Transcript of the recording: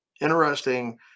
interesting